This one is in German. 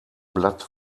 blatt